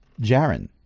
Jaren